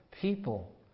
people